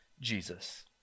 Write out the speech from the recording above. Jesus